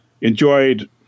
enjoyed